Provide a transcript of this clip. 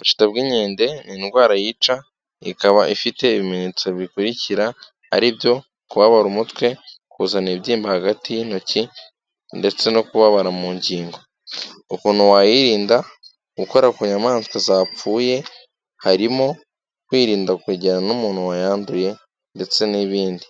Ubushi bw'inkende ni indwara yica, ikaba ifite ibimenyetso bikurikira ari byo kubabara umutwe, kuzana ibibyimba hagati y'intoki ndetse no kubabara mu ngingo, ukuntu wayirinda gukora ku nyamaswa zapfuye, harimo kwirinda kujyerana n'umuntu wayanduye ndetse n'ibindi,